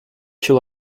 shall